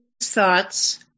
thoughts